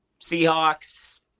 Seahawks